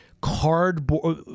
cardboard